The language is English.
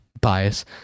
bias